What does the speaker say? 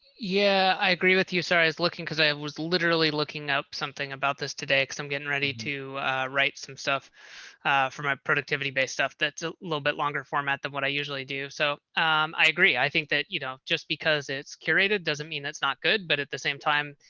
yeah, i agree with you sorry, is looking because i i was literally looking up something about this today cuz i'm getting ready to write some stuff for my productivity based stuff that's a little bit longer format than what i usually do. so i agree, i think that you know, just because it's curated doesn't mean that's not good, but at the same time,